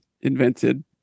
invented